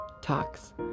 talks